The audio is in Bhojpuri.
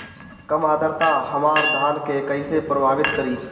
कम आद्रता हमार धान के कइसे प्रभावित करी?